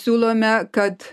siūlome kad